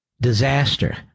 disaster